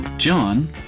John